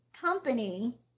company